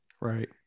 right